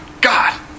God